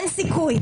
אין סיכוי.